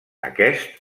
aquest